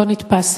שלא נתפס.